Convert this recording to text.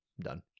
done